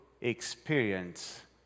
experience